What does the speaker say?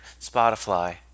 spotify